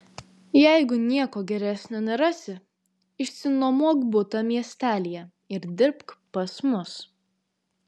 jeigu nieko geresnio nerasi išsinuomok butą miestelyje ir dirbk pas mus